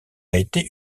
été